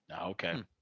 Okay